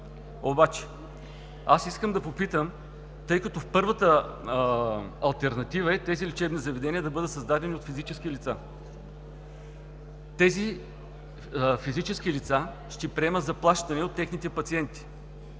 обаче аз искам да попитам, тъй като първата алтернатива е тези лечебни заведения да бъдат създадени от физически лица, тези физически лица ще приемат заплащане от техните пациенти,